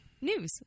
news